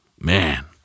man